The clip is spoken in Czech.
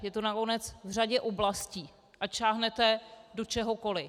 Je to nakonec v řadě oblastí, ať sáhnete do čehokoliv.